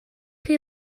chi